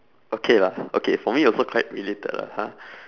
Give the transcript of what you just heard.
okay lah okay for me also quite related lah !huh!